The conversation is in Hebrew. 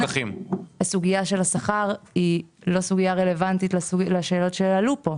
הסוגיה של השכר היא לא סוגיה רלוונטית לשאלות שהועלו פה.